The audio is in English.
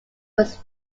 was